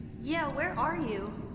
yeah where are you?